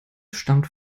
stammt